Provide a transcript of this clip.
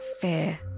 fear